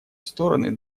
стороны